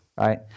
Right